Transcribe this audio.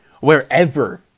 wherever